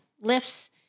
lifts